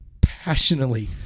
passionately